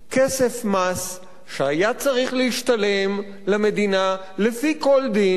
כסף מס שהיה צריך להשתלם למדינה, לפי כל דין,